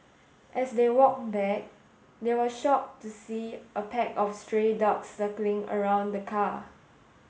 as they walked back they were shocked to see a pack of stray dogs circling around the car